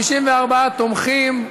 54 תומכים,